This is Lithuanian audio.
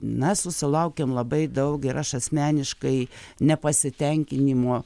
na susilaukėm labai daug ir aš asmeniškai nepasitenkinimo